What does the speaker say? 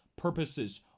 Purposes